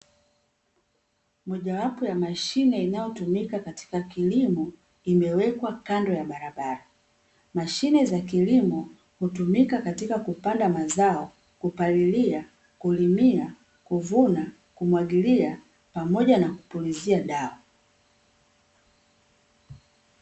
Mojawapo ya mashine inayotumika katika kilimo, imewekwa kando ya barabara. Mashine za kilimo hutumika katika kupanda mazao, kupalilia, kulimia, kuvuna, kumwagilia, pamoja na kupulizia dawa.